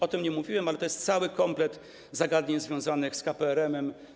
O tym nie mówiłem, ale jest cały komplet zagadnień związanych z KPRM.